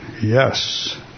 yes